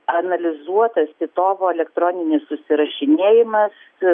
analizuotas titovo elektroninis susirašinėjimas